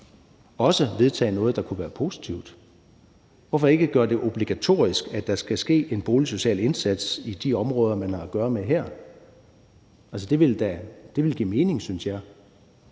også vedtage noget, der kunne være positivt? Hvorfor ikke gøre det obligatorisk, at der skal ske en boligsocial indsats i de områder, man har at gøre med her? Altså, det ville da give mening, synes jeg.